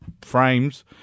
frames